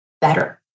better